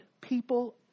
people